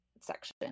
section